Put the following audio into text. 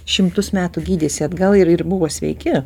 šimtus metų gydėsi atgal ir ir buvo sveiki